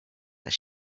that